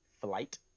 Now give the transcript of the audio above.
flight